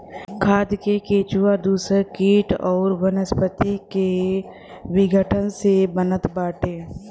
खाद केचुआ दूसर किट अउरी वनस्पति के विघटन से बनत बाटे